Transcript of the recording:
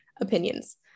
opinions